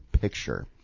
picture